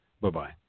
Bye-bye